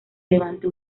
levante